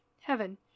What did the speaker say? heaven